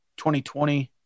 2020